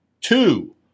Two